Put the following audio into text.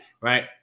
right